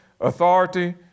authority